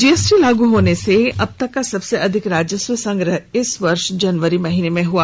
GST लागू होने से अब तक का सबसे अधिक राजस्व संग्रह इस वर्ष जनवरी महीने में हुआ